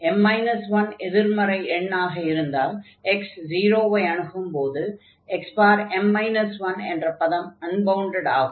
m 1 எதிர்மறை எண்ணாக இருந்தால் x 0 ஐ அணுகும்போது xm 1 என்ற பதம் அன்பவுண்டட் ஆகும்